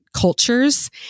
cultures